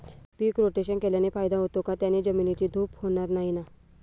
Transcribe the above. पीक rotation केल्याने फायदा होतो का? त्याने जमिनीची धूप होणार नाही ना?